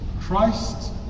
Christ